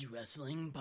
Wrestling